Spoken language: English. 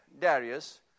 Darius